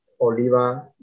Oliva